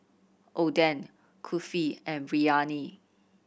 Oden Kulfi and Biryani